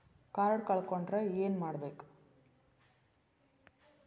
Card ಕಳ್ಕೊಂಡ್ರ ಏನ್ ಮಾಡಬೇಕು?